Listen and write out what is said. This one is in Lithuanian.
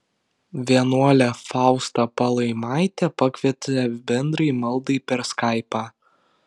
vienuolė fausta palaimaitė pakvietė bendrai maldai per skaipą